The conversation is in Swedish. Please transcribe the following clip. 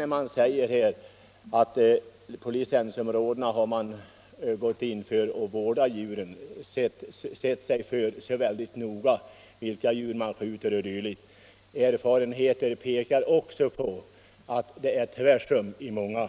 Herr Enlund säger också att man inom licensområdena har gått in för att vårda djuren, noga sett upp med vilka djur man skjuter osv. Erfarenheten pekar på att det i många